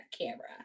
camera